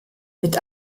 mit